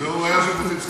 אה, הוא היה ז'בוטינסקאי.